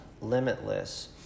Limitless